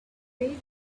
than